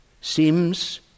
seems